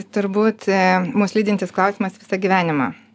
turbūt mus lydintis klausimas visą gyvenimą